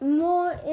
more